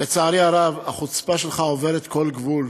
לצערי הרב, החוצפה שלך עוברת כל גבול.